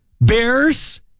Bears